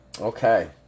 okay